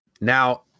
Now